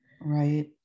Right